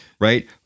right